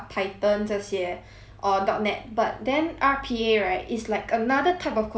or dot net but then R_P_A right is like another type of coding that I've never do before eh